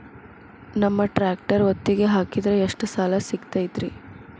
ನಮ್ಮ ಟ್ರ್ಯಾಕ್ಟರ್ ಒತ್ತಿಗೆ ಹಾಕಿದ್ರ ಎಷ್ಟ ಸಾಲ ಸಿಗತೈತ್ರಿ?